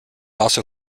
also